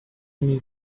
need